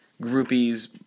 Groupies